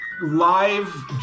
live